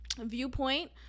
viewpoint